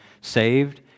saved